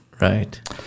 Right